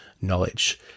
knowledge